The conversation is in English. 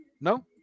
No